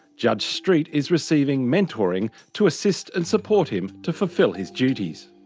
judge street is receiving mentoring to assist and support him to fulfil his duties.